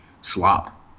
slop